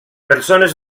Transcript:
persones